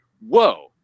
whoa